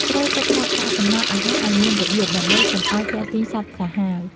ត្រូវទុកដាក់កាកសំណល់អាហារឱ្យមានរបៀបដើម្បីកុំឱ្យទាក់ទាញសត្វសាហាវ។